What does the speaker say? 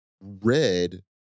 Red